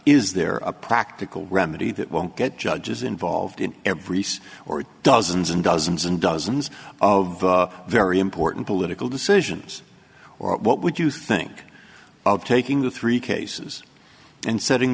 is there a practical remedy that won't get judges involved in every state or dozens and dozens and dozens of very important political decisions or what would you think of taking the three cases and setting